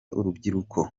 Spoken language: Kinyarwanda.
urubyiruko